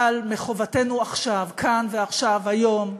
אבל מחובתנו עכשיו, כאן ועכשיו, היום,